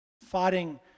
fighting